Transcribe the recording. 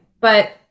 but-